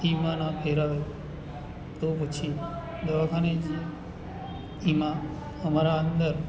એમાં ન ફેર આવે તો પછી દવાખાને જઈએ એમાં અમારાં અંદર